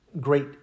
great